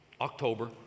October